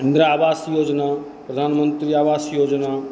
इन्द्रा आवास योजना प्रधानमंत्री आवास योजना